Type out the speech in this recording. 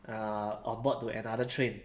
err on board to another train okay